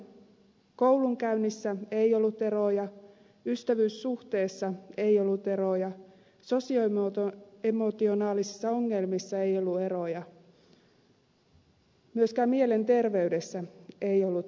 tällaisten lasten koulunkäynnissä ei ollut eroja ystävyyssuhteissa ei ollut eroja sosioemotionaalisissa ongelmissa ei ollut eroja myöskään mielenterveydessä ei ollut eroja